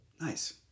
nice